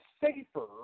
safer